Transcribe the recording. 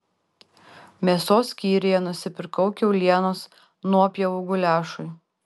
mėsos skyriuje nusipirkau kiaulienos nuopjovų guliašui